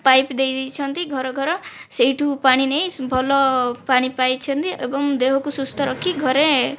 pipe ଦେଇଦେଇଛନ୍ତି ଘର ଘର ସେଠୁ ପାଣି ନେଇ ଭଲ ପାଣି ପାଇଛନ୍ତି ଏବଂ ଦେହକୁ ସୁସ୍ଥ ରଖି ଘରେ